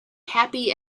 happy